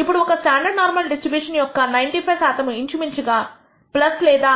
ఇప్పుడు ఒక standard normal distribution యొక్క 95 శాతము ఇంచుమించుగా లేదా